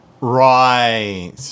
Right